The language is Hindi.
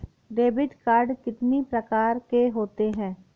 डेबिट कार्ड कितनी प्रकार के होते हैं?